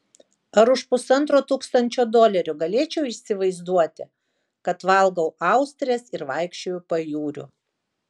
ar už pusantro tūkstančio dolerių galėčiau įsivaizduoti kad valgau austres ar vaikščioju pajūriu